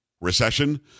recession